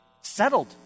Settled